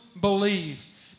believes